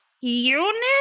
Unit